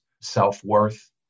self-worth